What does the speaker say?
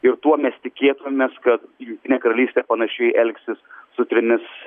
ir tuo mes tikėtumėmės kad jungtinė karalystė panašiai elgsis su trimis